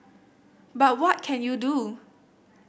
but what can you do